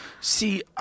See